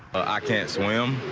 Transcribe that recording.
but i can't swim.